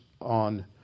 on